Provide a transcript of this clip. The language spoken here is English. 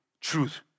truth